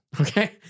Okay